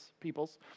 peoples